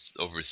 over